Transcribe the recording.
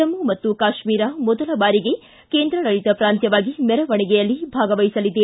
ಜಮ್ಮ ಮತ್ತು ಕಾಶ್ಮೀರ ಮೊದಲ ಬಾರಿಗೆ ಕೇಂದ್ರಾಡಳಿತ ಪ್ರಾಂತ್ಯವಾಗಿ ಮೆರವಣಿಗೆಯಲ್ಲಿ ಭಾಗವಹಿಸಲಿದೆ